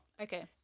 Okay